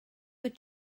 wyt